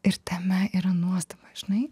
ir tame yra nuostabu žinai